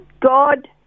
God